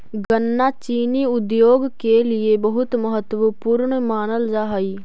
गन्ना चीनी उद्योग के लिए बहुत महत्वपूर्ण मानल जा हई